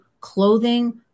clothing